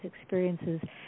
experiences